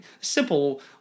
simple